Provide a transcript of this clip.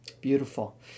Beautiful